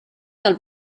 del